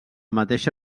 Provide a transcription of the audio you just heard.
mateixa